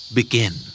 Begin